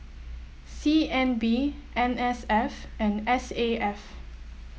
C N B N S F and S A F